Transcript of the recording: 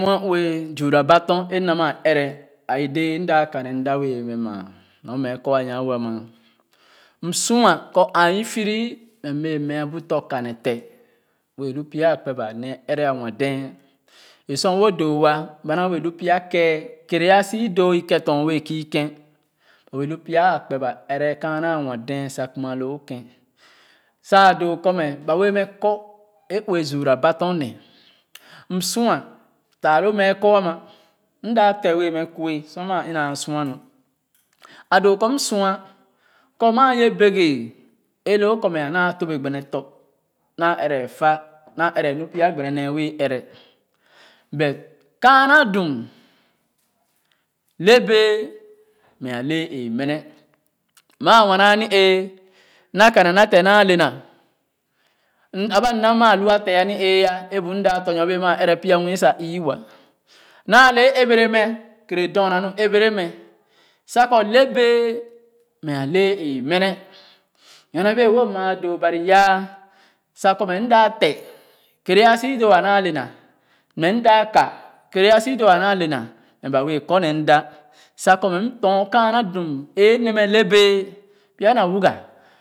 Muɛ ue xuhra ba t`n e ̄ m na maa ɛrɛ a e ̄ déé m da ka nee mda wɛɛ mɛ maa nyor ma ko a nyaa-wo ama m sua ko a i-fii ri mɛ m bɛɛ meah bu tɔ̃ ka ne te wɛɛ loo pya a kpeh ba nee ɛrɛ a nwa dee a sor woh doo ah ba maa wɛɛ lu pya kɛɛ kɛarē a sia doo e ̄ kènton wɛɛ kii ka ̍n ba wɛɛ lu pya a kpeh ba arɛ sa a doo kɔ mɛ e ̄ ue zuura ba tɔn nee m sua taa lo mɛɛ kɔ ama m da te wɛɛ ma kue sor maa ina sua ne a doo kɔ m sua kɔ maa ye begeh e ̄ loo kɔ a naa to ̄p ah gbene tɔ̃ naa ɛrɛ fa naa pya ghene nee wɛɛ ɛrɛ but kaana dum le bɛ̀ɛ̀ mɛ a le e ̄ meme ma wena a n-ee na ka nr te naa le na m aba m na maa lu te aniee e ̄ bu m na tɔ̃ nyor bee maa ɛra pya muli sa ii wa naa le e ̄ ɛbɛrɛ mɛ a léé ee-mene nyorne bee-wo maa doo Bani yaa sa kɔ m da te kéére a si doo a naa le na mɛ m da ka kɛɛre a si doo a naa le na mɛ ba wɛɛ kɔ ne mda sa kɔ m tɔn kaana dum e ̄ ne me le bɛɛ pya na wuga.